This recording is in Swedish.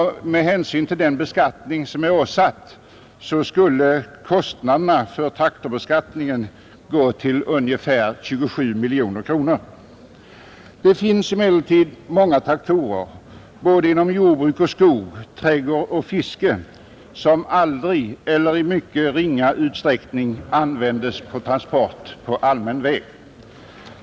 Med hänsyn till den beskattning som tillämpas skulle beloppet för traktorbeskattningen uppgå till ungefär 27 miljoner kronor. Det finns emellertid många traktorer för både jordbruk, skog, trädgård och fiske som aldrig eller i mycket ringa utsträckning användes till transport på allmän väg.